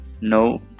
no